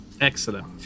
Excellent